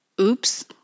Oops